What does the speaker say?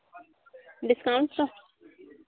discounts है